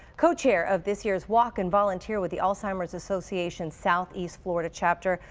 cochair of this year's walk and volunteer with the alzheimer's association southeast florida chapter.